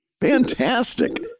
fantastic